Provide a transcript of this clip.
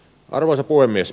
arvoisa puhemies